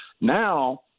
Now